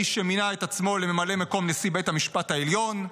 האיש שמינה את עצמו לממלא מקום נשיא בית המשפט העליון.